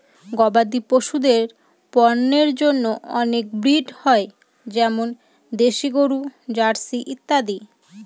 গবাদি পশুদের পন্যের জন্য অনেক ব্রিড হয় যেমন দেশি গরু, জার্সি ইত্যাদি